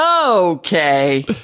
okay